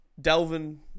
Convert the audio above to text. Delvin